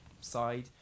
side